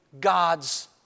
God's